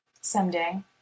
someday